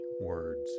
words